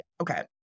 Okay